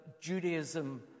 judaism